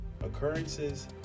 occurrences